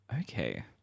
Okay